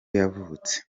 yavutse